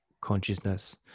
consciousness